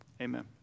amen